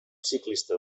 ciclista